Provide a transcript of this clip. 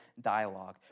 dialogue